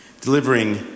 delivering